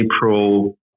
April